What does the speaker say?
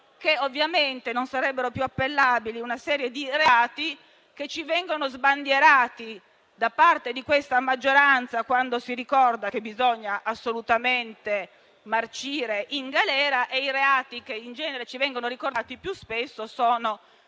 ricordato, non sarebbe più appellabile una serie di reati che vengono sbandierati da parte di questa maggioranza, quando si ricorda che bisogna assolutamente marcire in galera (i reati che ci vengono ricordati più spesso sono